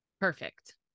Perfect